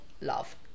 love